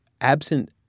Absent